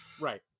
Right